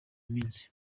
minsi